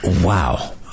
Wow